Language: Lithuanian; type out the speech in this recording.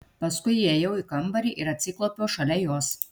paskui įėjau į kambarį ir atsiklaupiau šalia jos